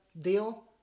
deal